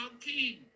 king